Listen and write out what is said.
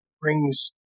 brings